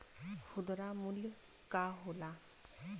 खुदरा मूल्य का होला?